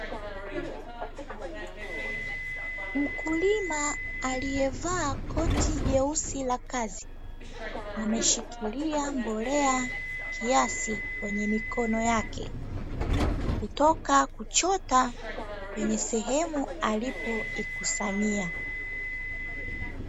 Mkulima aliyevaa koti jeusi la kazi, ameshikilia mbolea kiasi kwenye mikono yake, kutoka kuchota kwenye sehemu aliyoikusanyia.